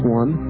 one